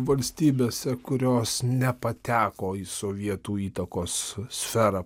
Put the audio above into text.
valstybėse kurios nepateko į sovietų įtakos sferą